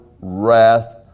wrath